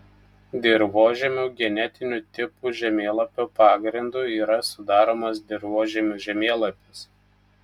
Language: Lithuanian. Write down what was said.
dirvožemių genetinių tipų žemėlapio pagrindu yra sudaromas dirvožemių žemėlapis